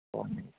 పోనీ